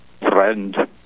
friend